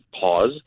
pause